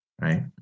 right